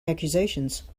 accusations